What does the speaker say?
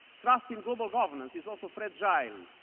trust in global governance is also fragile,